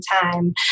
time